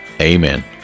Amen